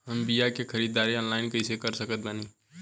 हम बीया के ख़रीदारी ऑनलाइन कैसे कर सकत बानी?